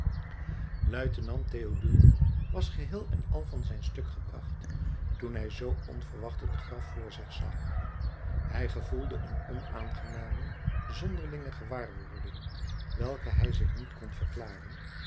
luitenant théodule was geheel en al van zijn stuk gebracht toen hij zoo onverwacht een graf voor zich zag hij gevoelde een onaangename zonderlinge gewaarwording welke hij zich niet kon verklaren